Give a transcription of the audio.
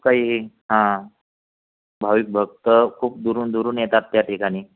खूप काही आहे हा भाविक भक्त खूप दुरून दुरून येतात त्या ठिकाणी